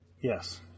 Yes